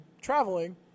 traveling